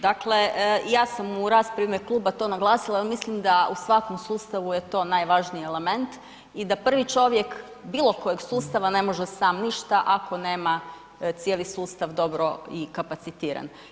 Dakle, ja sam u raspravi u ime kluba to naglasila jel mislim da u svakom sustavu je to najvažniji element i da prvi čovjek bilo kojeg sustava ne može sam ništa ako nema cijeli sustav dobro i kapacitiran.